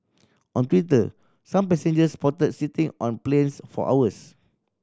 on Twitter some passengers reported sitting on planes for hours